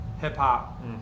hip-hop